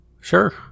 Sure